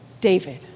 David